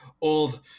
old